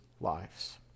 lives